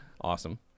Awesome